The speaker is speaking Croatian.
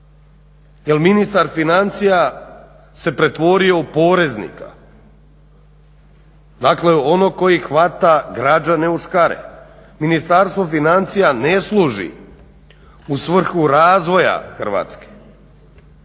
ministar financija se pretvorio u poreznika. Dakle, onog koji hvata građane u škare. Ministarstvo financija ne služi u svrhu razvoja Hrvatske.